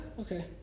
okay